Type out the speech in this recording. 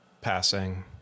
passing